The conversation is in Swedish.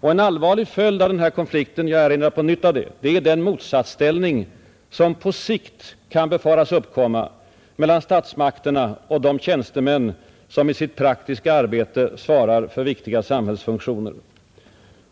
Och en allvarlig följd av den här konflikten — jag erinrar på nytt om det — är att motsatsställning på sikt kan befaras uppkomma mellan statsmakterna och de tjänstemän som i sitt praktiska arbete svarar för viktiga samhällsfunktioner.